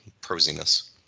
prosiness